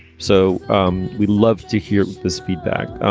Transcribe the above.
so um we'd love to hear this feedback.